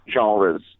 genres